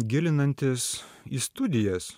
gilinantis į studijas